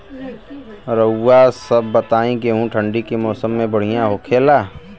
रउआ सभ बताई गेहूँ ठंडी के मौसम में बढ़ियां होखेला?